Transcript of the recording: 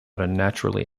naturally